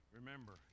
Remember